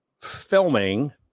filming